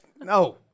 no